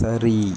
சரி